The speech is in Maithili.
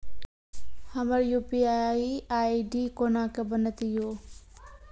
हमर यु.पी.आई आई.डी कोना के बनत यो?